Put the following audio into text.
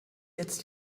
jetzt